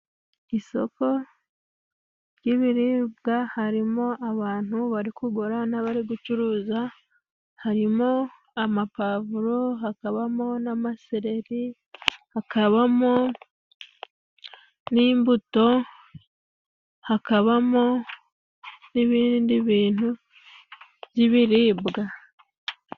Isoko ry'ibiribwa harimo abantu barimo abantu bari kugura n'abari gucuruza, harimo amapuwavuro, hakabamo n'amasereri, hakabamo n'imbuto, hakabamo n'ibindi bintu by'ibiribwa.